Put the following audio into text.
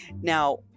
Now